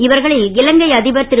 இவர்களில் இலங்கை அதிபர் திரு